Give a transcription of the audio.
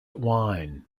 wine